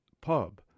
Pub